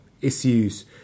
issues